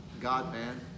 God-man